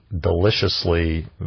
deliciously